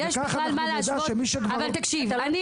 וכך אנחנו נדע שמי שכבר --- חבר הכנסת רביבו,